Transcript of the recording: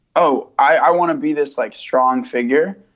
oh, i want to be this like strong figure.